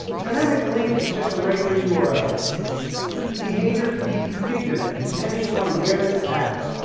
dynamic link is just a regular yeah url whose behavior can be configured depending upon where it's tapped.